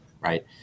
right